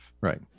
right